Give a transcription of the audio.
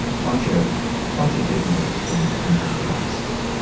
bunch ah bunch of big names from from that cast.